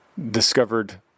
discovered